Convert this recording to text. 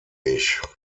ich